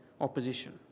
opposition